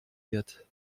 wird